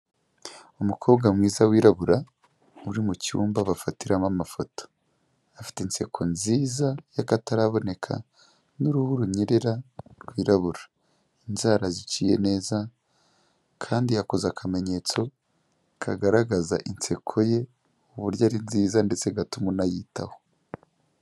Umukobwa mwiza wirabura, uri mu cyumba bafatiramo amafoto, afite inseko nziza y'akataraboneka n'uruhu runyerera rwirabura, inzara ziciye neza kandi yakoze akamenyetso, kagaragaza inseko ye uburyo ari nziza ndetse gatuma unayitaho.